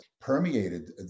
permeated